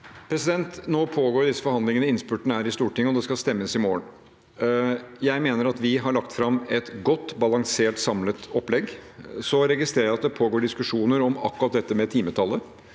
Nå på- går disse forhandlingene i innspurten her i Stortinget, og det skal stemmes i morgen. Jeg mener at vi har lagt fram et godt balansert, samlet opplegg. Så registrerer jeg at det pågår diskusjoner om akkurat timetallet,